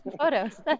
photos